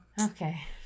Okay